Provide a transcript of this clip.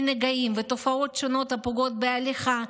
מנגעים ומתופעות שונות הפוגעות בהליכה,